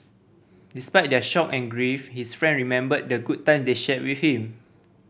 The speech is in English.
despite their shock and grief his friend remembered the good time they shared with him